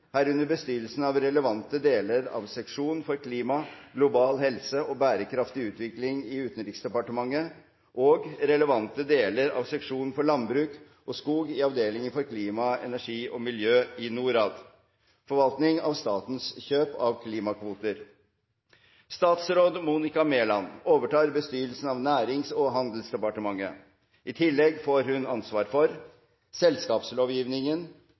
herunder bestyrelsen av relevante deler av Seksjon for klima, global helse og bærekraftig utvikling i Utenriksdepartementet og relevante deler av Seksjon for landbruk og skog i Avdeling for klima, energi og miljø i Norad, og – forvaltningen av statens kjøp av klimakvoter. Statsråd Monica Mæland overtar bestyrelsen av Nærings- og handelsdepartementet. I tillegg får hun ansvar for: – selskapslovgivningen,